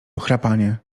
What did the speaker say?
chrapanie